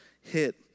hit